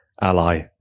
ally